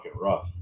rough